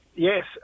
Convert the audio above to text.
Yes